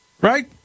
right